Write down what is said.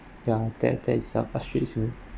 ya that that is what frustrates me